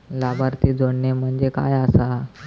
लाभार्थी जोडणे म्हणजे काय आसा?